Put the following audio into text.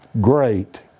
great